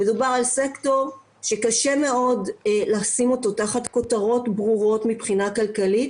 מדובר על סקטור שקשה מאוד לשים אותו תחת כותרות ברורות מבחינה כלכלית,